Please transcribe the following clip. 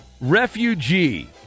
Refugee